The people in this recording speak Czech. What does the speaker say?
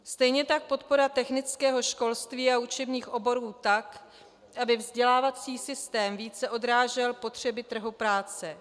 Stejně tak podpora technického školství a učebních oborů tak, aby vzdělávací systém více odrážel potřeby trhu práce.